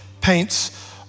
paints